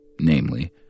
namely